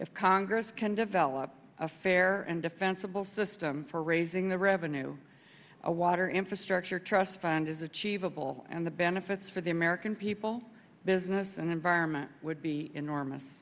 if congress can develop a fair and defensible system for raising the revenue a water infrastructure trust fund is achievable and the benefits for the american people business and environment would be enormous